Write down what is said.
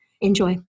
Enjoy